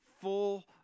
full